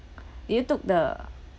do you took the